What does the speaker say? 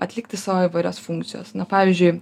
atlikti savo įvairias funkcijas pavyzdžiui